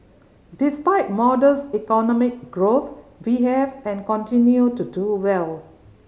despite modest economic growth we have and continue to do well